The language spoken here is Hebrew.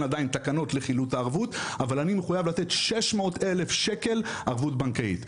עדיין תקנות לחילוט הערבות אני מחויב לתת 600,000 ₪ ערבות בנקאית.